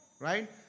right